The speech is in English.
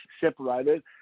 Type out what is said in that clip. separated